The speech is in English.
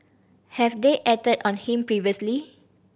have they acted on him previously